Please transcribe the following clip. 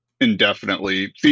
indefinitely